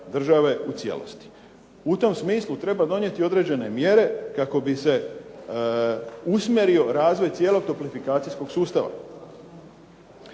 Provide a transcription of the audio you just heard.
države u cijelosti. U tom smislu treba donijeti određene mjere kako bi se usmjerio razvoj cijelog toplifikacijskog sustava.